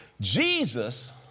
Jesus